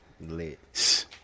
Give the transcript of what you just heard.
lit